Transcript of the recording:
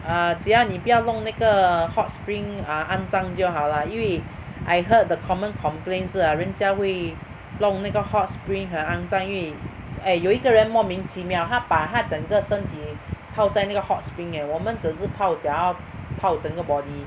err 只要你不要弄那个 hot spring err 肮脏就好 lah 因为 I heard the common complaints 是 ah 人家会弄那个 hot spring 很肮脏因为 eh 有一个人莫名其妙他把他整个身体泡在那个 hot spring eh 我们只是泡脚他泡整个 body